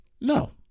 no